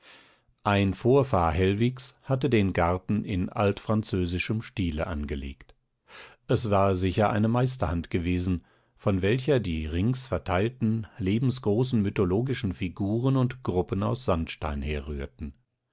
ein vorfahr hellwigs hatte den garten in altfranzösischem stile angelegt es war sicher eine meisterhand gewesen von welcher die rings verteilten lebensgroßen mythologischen figuren und gruppen aus sandstein herrührten